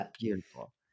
beautiful